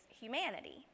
humanity